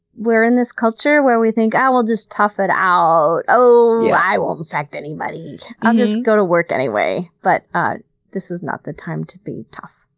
we're in this culture where we think, ah, we'll just tough it out. oh, i won't infect anybody. i'll just go to work anyway. but this is not the time to be tough.